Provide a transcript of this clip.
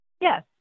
yes